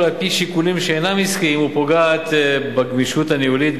על-פי שיקולים שאינם עסקיים ופוגעת בגמישות הניהולית,